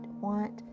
want